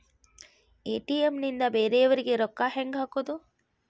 ATM ನಿಂದ ಬೇರೆಯವರಿಗೆ ರೊಕ್ಕ ಹೆಂಗ್ ಹಾಕೋದು?